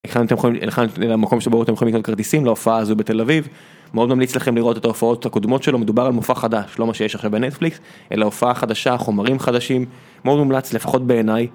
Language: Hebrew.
היכן אתם יכולים ללכת למקום שבו אתם יכולים כרטיסים להופעה הזו בתל אביב מאוד ממליץ לכם לראות את ההופעות הקודמות שלו, מדובר על מופע חדש, לא מה שיש עכשיו בנטפליקס אלא הופעה חדשה, חומרים חדשים מאוד מומלץ לפחות בעיניי